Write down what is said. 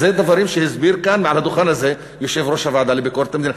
אלה דברים שהסביר כאן מעל הדוכן הזה יושב-ראש הוועדה לביקורת המדינה.